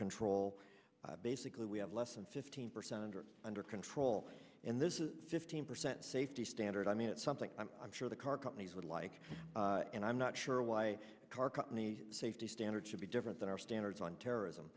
control basically we have less than fifteen percent under control and this is a fifteen percent safety standard i mean it's something i'm sure the car companies would like and i'm not sure why car companies safety standards should be different than our standards on terrorism